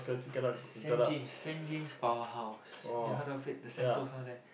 send James send James powerhouse you heard of it the Sentosa there